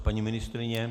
Paní ministryně?